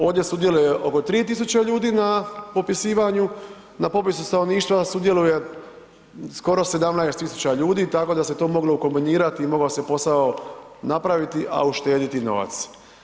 Ovdje sudjeluje oko 3 tisuće ljudi na popisivanju, na popisu stanovništva sudjeluje skoro 17 tisuća ljudi, tako da se to moglo ukombinirati i mogao se posao napraviti a uštediti novac.